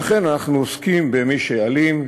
ואכן אנחנו עוסקים במי שאלים,